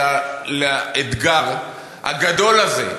אלא לאתגר הגדול הזה,